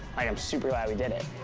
i'm super glad we did it.